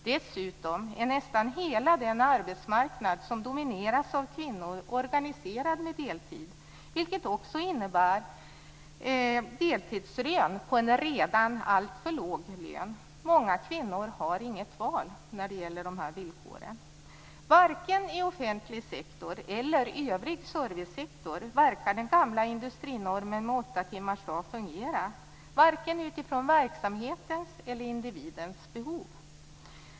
Dessutom är nästan hela den arbetsmarknad som domineras av kvinnor organiserad med deltid. Det innebär en deltidslön på en redan alltför låg lön. Många kvinnor har inget val när det gäller de villkoren. Varken i offentlig sektor eller i övrig servicesektor verkar den gamla industrinormen med 8-timmarsdag fungera - varken utifrån verksamhetens eller individens behov.